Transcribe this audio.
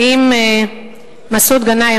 האם מסעוד גנאים,